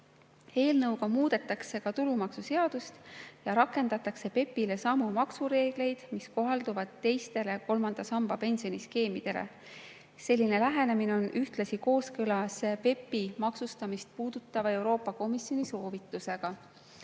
ring. Eelnõuga muudetakse ka tulumaksuseadust ja rakendatakse PEPP-ile samu maksureegleid, mis kohalduvad teistele kolmanda samba pensioniskeemidele. Selline lähenemine on ühtlasi kooskõlas PEPP-i maksustamist puudutava Euroopa Komisjoni soovitusega.